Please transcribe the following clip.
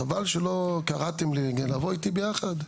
חבל שלא קראתם לי, לבוא איתי ביחד,